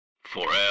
forever